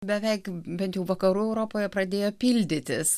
beveik bent jau vakarų europoje pradėjo pildytis